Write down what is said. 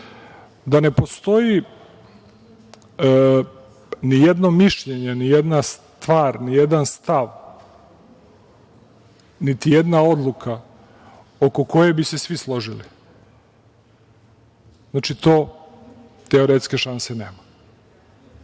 da ne postoji nijedno mišljenje, nijedna stvar, nijedan stav, niti jedna odluka oko koje bismo se svi složili. Znači, to teoretske šanse nema.